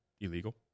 illegal